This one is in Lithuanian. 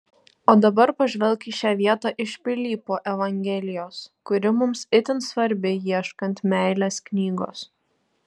o dabar pažvelk į šią vietą iš pilypo evangelijos kuri mums itin svarbi ieškant meilės knygos